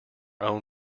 own